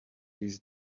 these